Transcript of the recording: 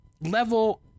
level